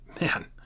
Man